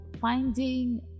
finding